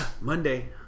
Monday